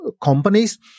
companies